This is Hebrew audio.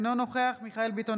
אינו נוכח מיכאל מרדכי ביטון,